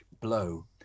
blow